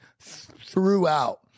throughout